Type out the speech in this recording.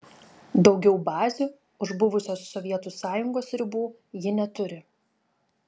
daugiau bazių už buvusios sovietų sąjungos ribų ji neturi